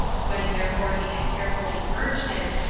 when therefore he had carefully purged it,